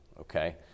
okay